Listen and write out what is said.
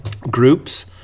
groups